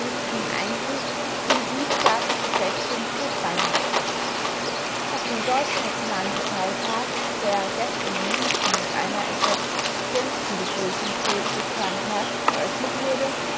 eingriff in die gliedstaatliche selbständigkeit bayerns auf dem deutschnationalen parteitag der gestern in münchen mit einer etwas gedämpften begrüßungsrede des herrn hergt eröffnet wurde